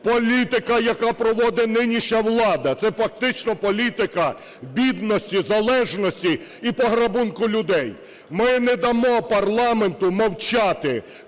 Політика, яку проводить нинішня влада, - це фактично політика бідності, залежності і пограбунку людей. Ми не дамо парламенту мовчати,